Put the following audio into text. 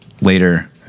later